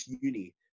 uni